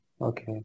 Okay